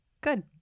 good